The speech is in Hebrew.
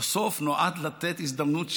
נועד לתת הזדמנות,